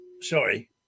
Sorry